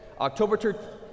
October